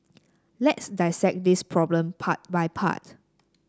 let's dissect this problem part by part